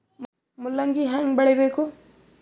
ಮೂಲಂಗಿ ಹ್ಯಾಂಗ ಬೆಳಿಬೇಕು?